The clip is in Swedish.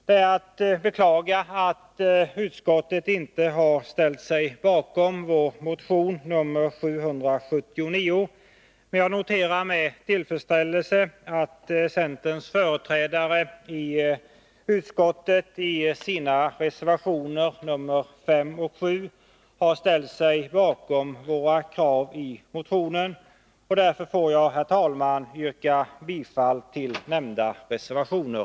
Det är att beklaga att utskottet inte har ställt sig bakom vår motion 779, men jag noterar med tillfredsställelse att centerns företrädare i utskottet i sina reservationer 5 och 7 har ställt sig bakom våra krav i motionen. Därför får jag, herr talman, yrka bifall till nämnda reservationer.